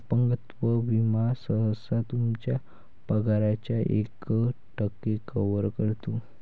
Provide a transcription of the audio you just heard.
अपंगत्व विमा सहसा तुमच्या पगाराच्या एक टक्के कव्हर करतो